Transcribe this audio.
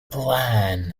plan